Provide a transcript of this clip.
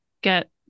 get